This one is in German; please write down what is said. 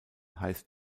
heißt